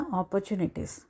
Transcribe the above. opportunities